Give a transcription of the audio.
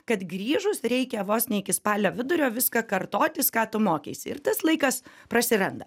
kad grįžus reikia vos ne iki spalio vidurio viską kartotis ką tu mokeisi ir tas laikas prasiranda